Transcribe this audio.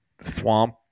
swamp